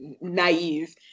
naive